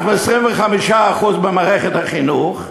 אנחנו 25% במערכת החינוך,